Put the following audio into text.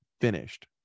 finished